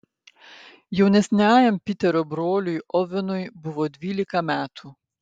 jaunesniajam piterio broliui ovenui buvo dvylika metų